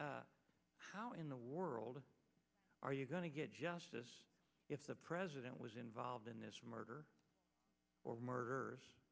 d how in the world are you going to get justice if the president was involved in this murder or